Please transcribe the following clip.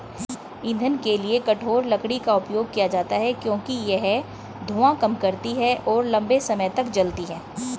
ईंधन के लिए कठोर लकड़ी का उपयोग किया जाता है क्योंकि यह धुआं कम करती है और लंबे समय तक जलती है